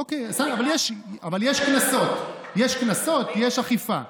אוקיי, אבל יש קנסות, יש קנסות, יש אכיפה.